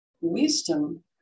wisdom